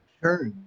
Sure